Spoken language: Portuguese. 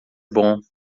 bom